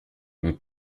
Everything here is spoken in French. ont